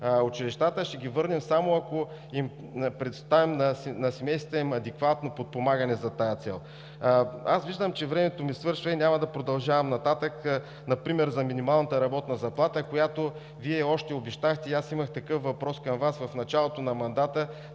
училищата, а ще ги върнем само, ако предоставим на семействата им адекватно подпомагане за тази цел. Аз виждам, че времето ми свършва и няма да продължавам нататък – например за минималната работна заплата, която Вие обещахте и аз имах такъв въпрос в началото на мандата